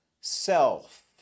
self